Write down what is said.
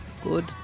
Good